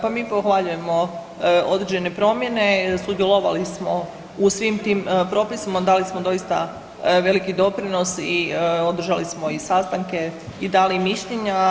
Pa mi pohvaljujemo određene promjene, sudjelovali smo u svim tim propisima, dali smo doista veliki doprinos i održali smo i sastanke i dali mišljenja.